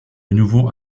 nouveau